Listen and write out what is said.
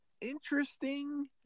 interesting